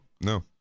no